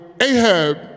Ahab